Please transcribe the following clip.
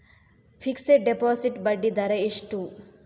Fixed deposit ಬಡ್ಡಿ ದರ ಎಷ್ಟು?